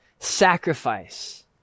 sacrifice